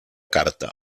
carta